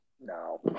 No